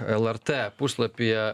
lrt puslapyje